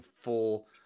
full